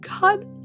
God